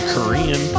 Korean